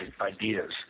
ideas